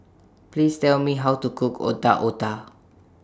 Please Tell Me How to Cook Otak Otak